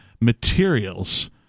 materials